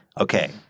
Okay